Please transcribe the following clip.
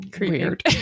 weird